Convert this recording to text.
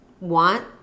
want